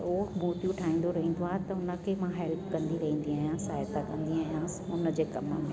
उहो मुर्तियूं ठाहींदो रहंदो आहे त उनखे मां हैल्प कंदी रहंदी आहियां सहायता कंदी आहियां हुनजे कम में